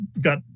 got